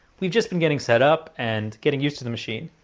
we've just been getting set up, and getting used to the machine.